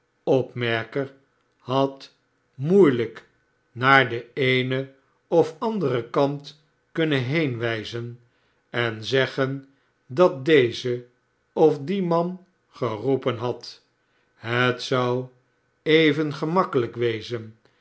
opmerker had tnoeielijk naar den eenen of anderen kant kunnen heenwijzen en eggen dat deze of die man geroepen had het zou even gemakkehjk wezen